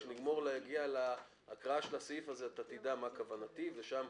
כשנגמור להגיע להקראה של הסעיף הזה תדע מה כוונתי ושם,